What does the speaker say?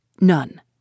None